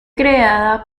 creada